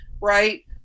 right